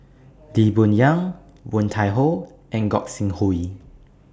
Lee Boon Yang Woon Tai Ho and Gog Sing Hooi